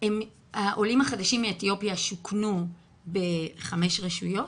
העולים החדשים מאתיופיה שוכנו בחמש רשויות.